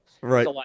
right